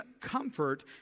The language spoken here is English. comfort